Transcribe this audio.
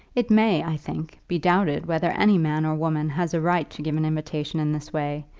it may, i think, be doubted whether any man or woman has a right to give an invitation in this way,